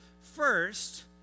first